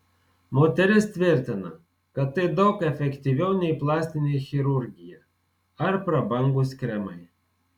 moteris tvirtina kad tai daug efektyviau nei plastinė chirurgija ar prabangūs kremai